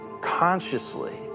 consciously